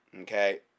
Okay